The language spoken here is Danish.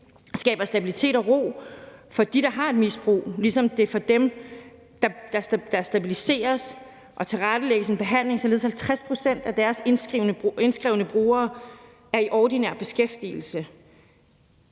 skaber stabilitet og ro for dem, der har et misbrug, ligesom der for dem, der stabiliseres, tilrettelægges en behandling, således at 50 pct. af deres indskrevne bruger er i ordinær beskæftigelse.